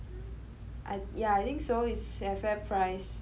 uh yeah I think so it's at FairPrice